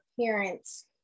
parents